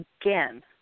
again